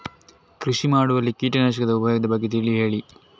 ಕೃಷಿ ಮಾಡುವಲ್ಲಿ ಕೀಟನಾಶಕದ ಉಪಯೋಗದ ಬಗ್ಗೆ ತಿಳಿ ಹೇಳಿ